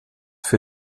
für